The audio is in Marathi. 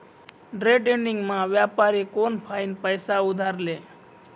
डेट्रेडिंगमा व्यापारी कोनफाईन पैसा उधार ले